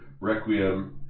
Requiem